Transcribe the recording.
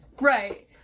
Right